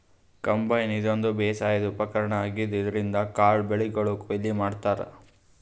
combine ಇದೊಂದ್ ಬೇಸಾಯದ್ ಉಪಕರ್ಣ್ ಆಗಿದ್ದ್ ಇದ್ರಿನ್ದ್ ಕಾಳ್ ಬೆಳಿಗೊಳ್ ಕೊಯ್ಲಿ ಮಾಡ್ತಾರಾ